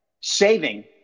Saving